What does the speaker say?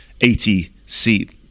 80-seat